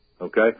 okay